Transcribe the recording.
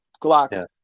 Glock